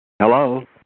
Hello